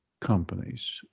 companies